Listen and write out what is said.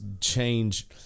change